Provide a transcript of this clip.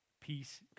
Peace